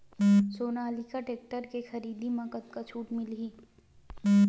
Sonalika tractor के खरीदी मा कतका छूट मीलही?